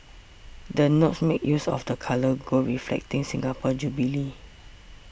the notes make use of the colour gold reflecting Singapore Jubilee